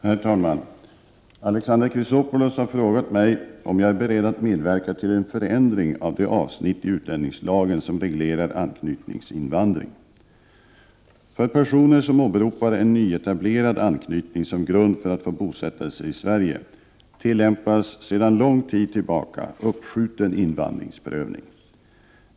Herr talman! Alexander Chrisopoulos har frågat mig om jag är beredd att medverka till en förändring av de avsnitt i utlänningslagen som reglerar anknytningsinvandring. För personer som åberopar en nyetablerad anknytning som grund för att få bosätta sig i Sverige tillämpas sedan lång tid tillbaka uppskjuten invandringsprövning.